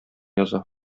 яза